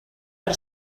per